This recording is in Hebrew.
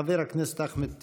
חבר הכנסת אחמד טיבי.